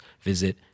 visit